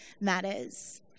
matters